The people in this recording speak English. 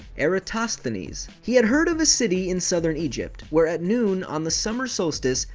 eratosthenes. he had heard of a city in southern egypt where, at noon on the summer solstice,